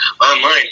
online